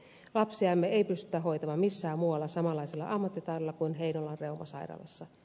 lapsiamme ei pystytä hoitamaan missään muualla samanlaisella ammattitaidolla kuin heinolan reumasairaalassa